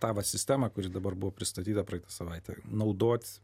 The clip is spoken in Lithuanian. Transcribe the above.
tą va sistemą kuri dabar buvo pristatyta praeitą savaitę naudot